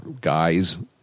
guys